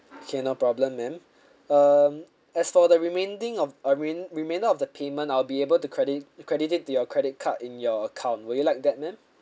okay no problem ma'am um as for the remaining of rem~ remain of the payment I'll be able to credit credited to your credit card in your account would you like that ma'am